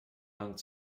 hangt